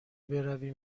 برویم